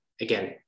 again